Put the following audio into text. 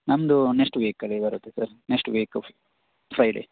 ನಮ್ಮದು ನೆಶ್ಟ್ ವೀಕಲ್ಲಿ ಬರುತ್ತೆ ಸರ್ ನೆಶ್ಟ್ ವೀಕ್ ಫ್ರೈಡೇ